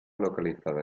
localizada